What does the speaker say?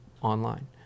online